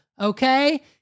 okay